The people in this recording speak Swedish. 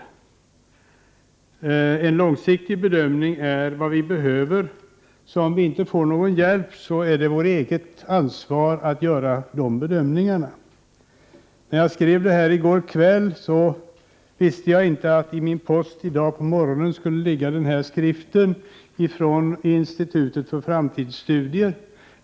Men en långsiktig bedömning är vad vi behöver. Om vi alltså inte får någon hjälp från annat håll måste vi göra våra egna bedömningar. När jag skrev detta anförande i går kväll visste jag inte att i min post i dag på morgonen skulle ligga en skrift från Institutet för framtidsstudier.